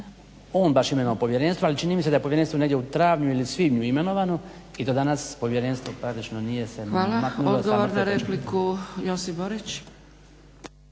on baš imenovao povjerenstvo, ali čini mi se da je povjerenstvo negdje u travnju ili svibnju imenovano i da danas povjerenstvo praktičko nije se ni odmaknulo.